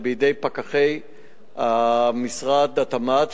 זה בידי פקחי משרד התמ"ת,